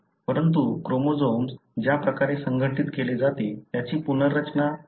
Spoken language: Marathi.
परंतु क्रोमोझोम ज्या प्रकारे संघटित केले जाते त्याची पुनर्रचना केली जाऊ शकते